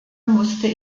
musste